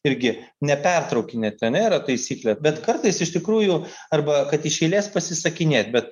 irgi nepertraukinėt ane yra taisyklė bet kartais iš tikrųjų arba kad iš eilės pasisakinėt bet